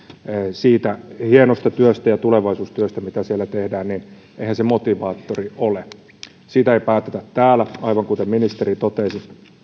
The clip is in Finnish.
siitä hienosta työstä ja tulevaisuustyöstä mitä siellä tehdään niin eihän se motivaattori ole siitä ei päätetä täällä aivan kuten ministeri totesi mutta